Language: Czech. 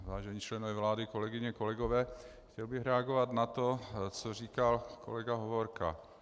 Vážení členové vlády, kolegyně, kolegové, chtěl bych reagovat na to, co říkal kolega Hovorka.